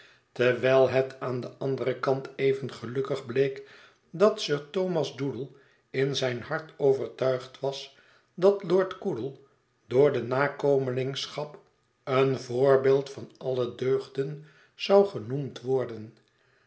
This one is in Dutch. terwijl het aan den anderen kant even gelukkig bleek dat sir thomas doodle in zijn hart overtuigd was dat lord coodle door de nakomelingschap een voorbeeld van alle deugden zou genoemd worden